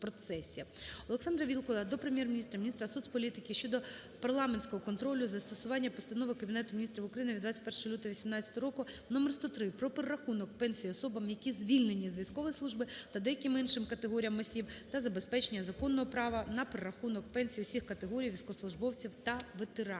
ОлександраВілкула до Прем'єр-міністра України, міністра соцполітики щодо парламентського контролю застосування Постанови Кабінету Міністрів України від 21 лютого 18 року № 103 "Про перерахунок пенсій особам, які звільнені з військової служби та деяким іншим категоріям осіб" та забезпечення законного права на перерахунок пенсій усіх категорій військовослужбовців та ветеранів.